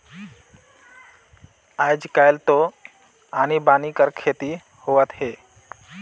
आयज कायल तो आनी बानी कर खेती होवत हे